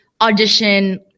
audition